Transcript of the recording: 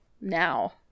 now